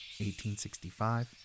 1865